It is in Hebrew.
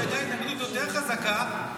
שהייתה התנגדות יותר חזקה,